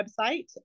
website